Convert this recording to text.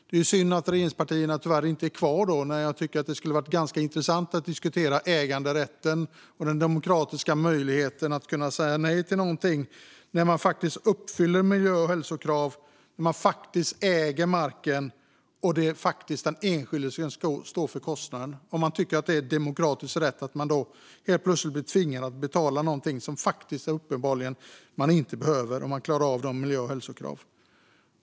Det är synd att regeringspartierna inte är kvar; jag tycker att det skulle ha varit ganska intressant att diskutera äganderätten och den demokratiska möjligheten att säga nej till någonting när man faktiskt uppfyller miljö och hälsokraven, när man faktiskt äger marken och när det faktiskt är den enskilde som står för kostnaden. Tycker regeringspartierna att det demokratiskt är rätt att man helt plötsligt blir tvingad att betala någonting som man uppenbarligen inte behöver om man klarar av miljö och hälsokraven?